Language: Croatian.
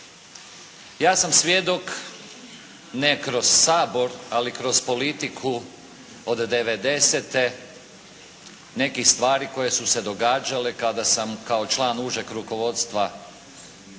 Ja sam svjedok, ne kroz Sabor, ali kroz politiku od devedesete nekih stvari koje su se događale kada sam kao član užeg rukovodstva